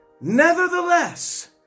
Nevertheless